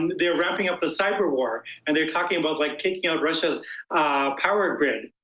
they're ramping up the cyber war and they're talking about like taking out russia's power grid.